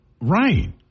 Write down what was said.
Right